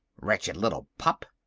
wretched little pup!